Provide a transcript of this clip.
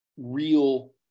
real